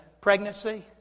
pregnancy